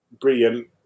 brilliant